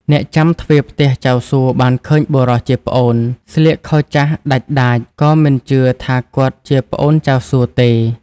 អ្នកចាំទ្វារផ្ទះចៅសួបានឃើញបុរសជាប្អូនស្លៀកខោចាស់ដាច់ដាច ក៏មិនជឿថាគាត់ជាប្អូនចៅសួទេ។